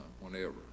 whenever